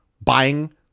buying